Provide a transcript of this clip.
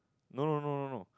no no no no no